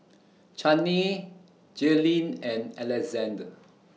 Channie Jaelynn and Alexandr